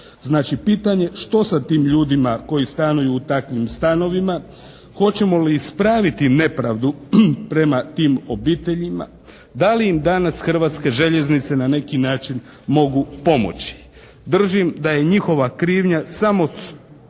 Znači pitanje što sa tim ljudima koji stanuju u takvim stanovima. Hoćemo li ispraviti nepravdu prema tim obiteljima? Da li im danas Hrvatske željeznice na neki način mogu pomoći? Držim da je njihova krivnja samo ta,